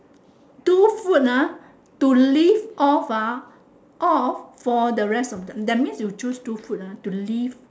two food ah to live off ah of for the rest of the that means you choose two food ah to live